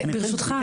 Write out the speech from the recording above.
וברשותך,